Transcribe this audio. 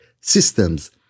systems